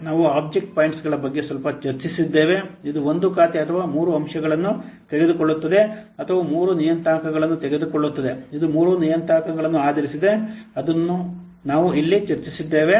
ನಾವು ಆಬ್ಜೆಕ್ಟ್ ಪಾಯಿಂಟ್ಗಳ ಬಗ್ಗೆ ಸ್ವಲ್ಪ ಚರ್ಚಿಸಿದ್ದೇವೆ ಇದು ಒಂದು ಖಾತೆ ಅಥವಾ ಮೂರು ಅಂಶಗಳನ್ನು ತೆಗೆದುಕೊಳ್ಳುತ್ತದೆ ಅಥವಾ ಮೂರು ನಿಯತಾಂಕಗಳನ್ನು ತೆಗೆದುಕೊಳ್ಳುತ್ತದೆ ಇದು ಮೂರು ನಿಯತಾಂಕಗಳನ್ನು ಆಧರಿಸಿದೆ ಅದನ್ನು ಇಲ್ಲಿ ನಾವು ಚರ್ಚಿಸಿದ್ದೇವೆ